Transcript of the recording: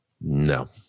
No